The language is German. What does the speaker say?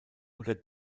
oder